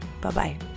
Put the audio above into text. Bye-bye